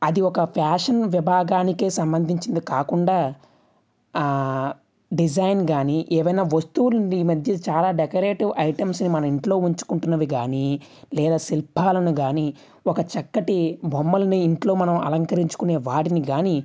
అది ఒక ఫ్యాషన్ విభాగానికి సంబంధించింది కాకుండా డిజైన్ కానీ ఏదన్నా వస్తువులు ఈ మధ్య చాలా డెకరేటివ్ ఐటమ్స్ని మన ఇంట్లో ఉంచుకుంటున్నవి కానీ లేదా శిల్పాలను కానీ ఒక చక్కటి బొమ్మలని ఇంట్లో మనం అలంకరించుకునే వాటిని కానీ